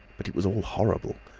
but it was all horrible.